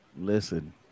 Listen